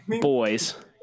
Boys